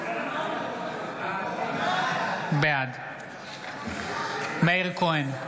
בעד מאיר כהן,